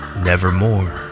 Nevermore